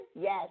Yes